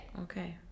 Okay